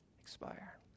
expire